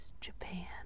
Japan